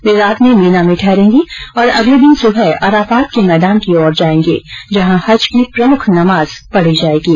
वे रात में मीना में ठहरेंगे और अगले दिन सुबह अराफात के मैदान की ओर जाएंगे जहां हज की प्रमुख नमाज पढ़ी जाएंगी